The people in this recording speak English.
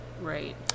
Right